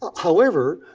however,